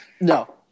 No